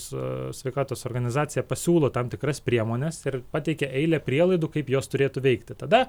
su sveikatos organizacija pasiūlo tam tikras priemones ir pateikia eilę prielaidų kaip jos turėtų veikti tada